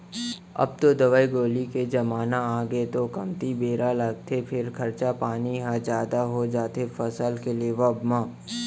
अब तो दवई गोली के जमाना आगे तौ कमती बेरा लागथे फेर खरचा पानी ह जादा हो जाथे फसल के लेवब म